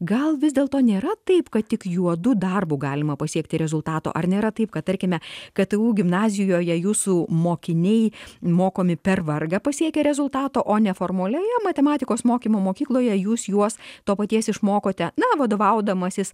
gal vis dėlto nėra taip kad tik juodu darbu galima pasiekti rezultato ar nėra taip kad tarkime ktu gimnazijoje jūsų mokiniai mokomi per vargą pasiekia rezultato o neformalioje matematikos mokymo mokykloje jūs juos to paties išmokote na vadovaudamasis